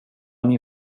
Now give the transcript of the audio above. min